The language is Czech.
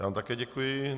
Já vám také děkuji.